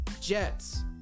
Jets